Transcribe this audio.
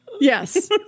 yes